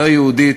לא יהודית,